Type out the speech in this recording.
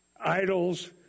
idols